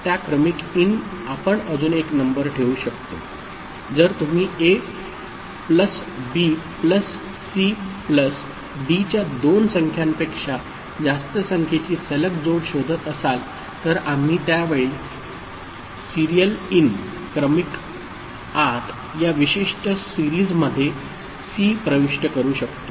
त्या क्रमिक इन आपण अजून एक नंबर ठेवू शकतो जर तुम्ही A plus B plus C plus डीच्या दोन संख्यांपेक्षा जास्त संख्येची सलग जोड शोधत असाल तर आम्ही त्यावेळ सीरियल इन या विशिष्ट सीरिजमधे सी प्रविष्ट करू शकतो